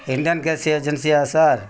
Indian gas ஏஜென்சியா sir